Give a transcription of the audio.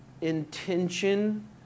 intention